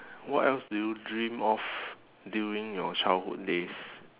what else do you dream of during your childhood days